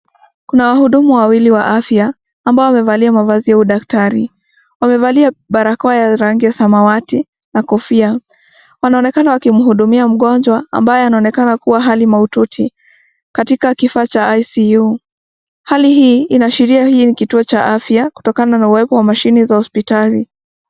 Kuna wahudumu wawili wa afya ambao wamevalia mavazi ya daktari, wamevalia barakoa ya rangi ya samawati na kofia, wanaonekana wakimhudumia mgonjwa ambaye anaonekana kuwa hali mahututi katika kisa cha ICU. Hali hii inaashiria hii ni kituo cha afya kutokana na uwepo wa mashini za hospitali.